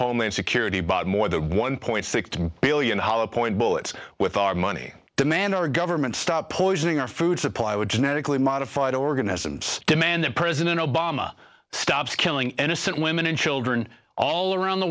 homeland security bought more than one point six billion hollow point bullets with our money demand our government stop poisoning our food supply would genetically modified organisms demand that president obama stop killing innocent women and children all around the